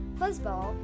Fuzzball